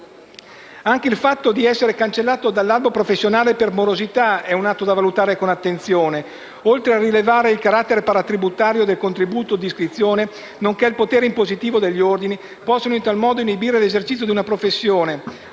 Anche il fatto di essere cancellato dall'albo professionale per morosità è un atto da valutare con attenzione: oltre a rilevare il carattere paratributario del contributo di iscrizione, nonché il potere impositivo degli ordini, si può in tal modo inibire l'esercizio di una professione.